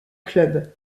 club